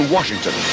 Washington